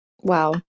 Wow